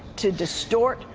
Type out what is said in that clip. to distort,